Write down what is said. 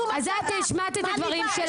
היא באה לעשות --- את השמעת את הדברים שלך,